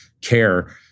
care